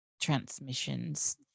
transmissions